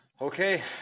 Okay